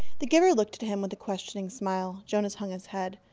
the giver looked at him with a questioning smile. jonas hung his head.